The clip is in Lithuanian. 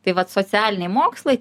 tai vat socialiniai mokslai